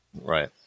Right